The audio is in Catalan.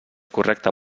correcte